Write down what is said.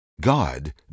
God